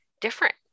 different